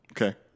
okay